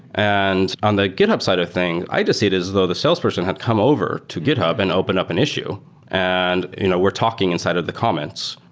and on the github side of things, i just see it as though the salesperson had come over to github and open up an issue and you know we're talking inside of the comments,